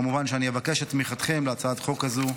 כמובן שאני אבקש את תמיכתם בהצעת החוק הזאת.